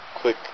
Quick